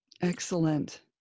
excellent